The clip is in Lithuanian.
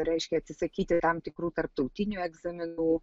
reiškia atsisakyti tam tikrų tarptautinių egzaminų